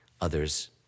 others